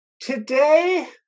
Today